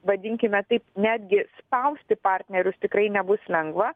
vadinkime taip netgi spausti partnerius tikrai nebus lengva